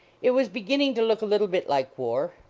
it was beginning to look a little hit like war.